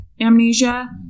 amnesia